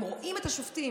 הם רואים את השופטים,